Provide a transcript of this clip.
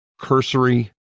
cursory